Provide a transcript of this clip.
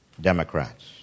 Democrats